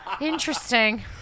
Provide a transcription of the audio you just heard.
Interesting